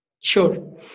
Sure